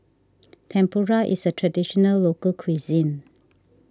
Tempura is a Traditional Local Cuisine